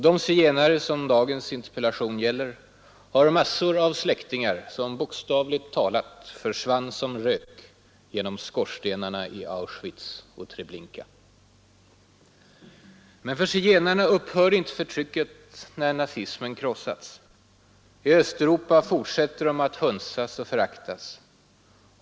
De zigenare som dagens interpellation gäller har massor av släktingar som bokstavligt talat försvann som rök genom skorstenarna i Auschwitz och Treblinka. Men för zigenarna upphörde inte förtrycket när nazismen krossats. I Östeuropa fortsätter de att hunsas och föraktas.